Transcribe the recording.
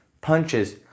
punches